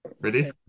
Ready